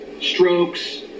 strokes